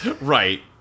Right